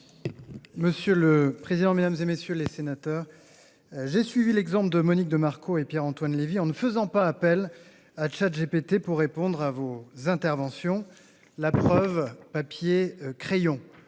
Monsieur le président, mesdames, messieurs les sénateurs, j'ai suivi l'exemple de Monique de Marco et de Pierre-Antoine Levi en ne faisant pas appel à ChatGPT pour répondre à vos interventions- la preuve : papier, crayon